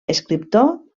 escriptor